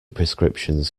prescriptions